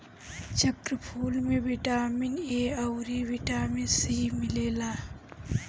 चक्रफूल में vitamin A अउरी बिटामिन सी मिलेला